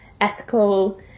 ethical